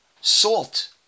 salt